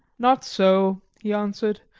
not so, he answered.